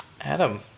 adam